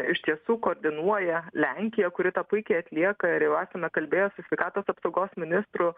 iš tiesų koordinuoja lenkija kuri tą puikiai atlieka ir jau esame kalbėję su sveikatos apsaugos ministru